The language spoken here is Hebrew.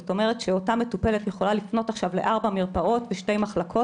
זאת אומרת שאותה מטופלת יכולה לפנות לארבע מרפאות ולשתי מחלקות,